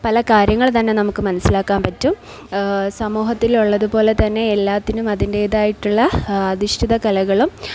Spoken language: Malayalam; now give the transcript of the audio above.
പല കാര്യങ്ങൾ തന്നെ നമുക്ക് മനസ്സിലാക്കാൻ പറ്റും സമൂഹത്തിലുള്ളത് പോലെ തന്നെ എല്ലാത്തിനും അതിൻറ്റേതായിട്ടുള്ള അധിഷ്ഠിത കലകളും